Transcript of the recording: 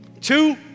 Two